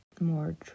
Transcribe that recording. more